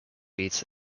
beats